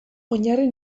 oinarri